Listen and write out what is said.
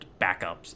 backups